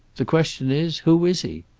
the question is, who is he?